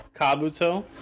Kabuto